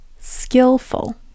skillful